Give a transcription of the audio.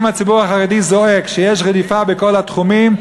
אם הציבור החרדי זועק שיש רדיפה בכל התחומים,